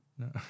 No